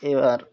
এবার